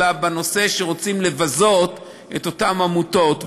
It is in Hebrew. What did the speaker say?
אלא שרוצים לבזות את אותן עמותות,